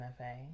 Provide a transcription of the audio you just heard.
MFA